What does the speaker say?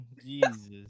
Jesus